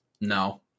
No